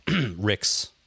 Rick's